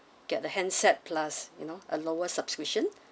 get a handset plus you know a lower subscription